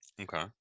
Okay